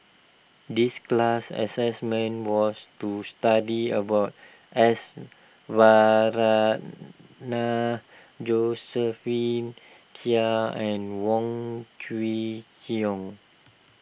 this class assignment was to study about S Varathan Josephine Chia and Wong Kwei Cheong